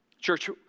Church